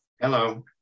Hello